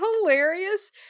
hilarious